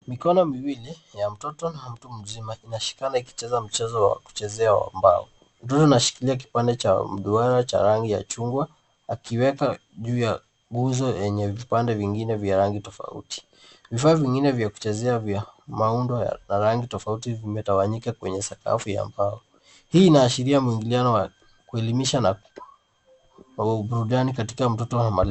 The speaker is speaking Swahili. Mikono miwili ya mtoto na mtu mzima inashikana ikicheza mchezo wa kuchezewa wa mbao. Mtoto anashikilia kipande cha duara cha rangi ya chungwa akiweka juu ya nguzo yenye vipande vingine vya rangi tofauti. Vifaa vingine vya kuchezea vya maundo na rangi tofauti vimetawanyika kwenye sakafu ya mbao. Hii inaashiria mwingiliano wa kuelimisha au burudani katika mtoto.